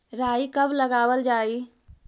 राई कब लगावल जाई?